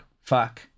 fuck